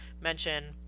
mention